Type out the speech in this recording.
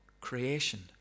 creation